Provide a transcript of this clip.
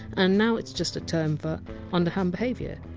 and now is just a term for underhand behaviour.